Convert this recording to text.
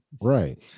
Right